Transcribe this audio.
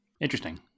Interesting